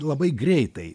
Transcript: labai greitai